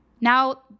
Now